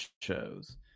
shows